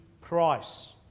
price